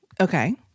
Okay